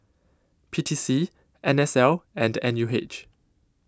P T C N S L and N U H